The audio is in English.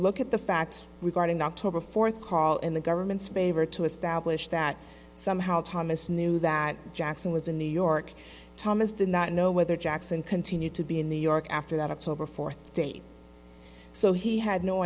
look at the facts regarding october fourth call in the government's favor to establish that somehow thomas knew that jackson was in new york thomas did not know whether jackson continued to be in new york after that october fourth date so he had no